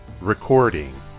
recording